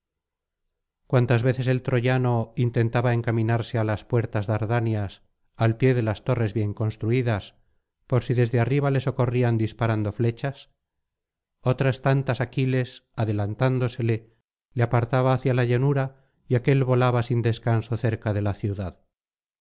cuantas veces el troyano intentaba encaminarse á las puertas dardanias al pie de las torres bien construidas por si desde arriba le socorrían disparando flechas otras tantas aquiles adelantándosele le apartaba hacia la llanura y aquél volaba sin descanso cerca de la ciudad